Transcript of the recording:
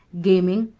gaming,